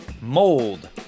mold